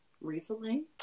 recently